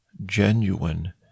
genuine